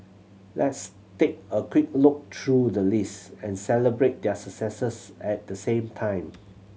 let's take a quick look through the list and celebrate their successes at the same time